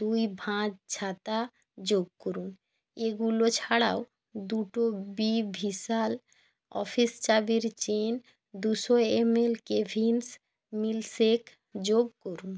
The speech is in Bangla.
দুই ভাঁজ ছাতা যোগ করুন এগুলো ছাড়াও দুটো বি ভিশাল অফিস চাবির চেন দুশো এমএল কেভিন্স মিল্কশেক যোগ করুন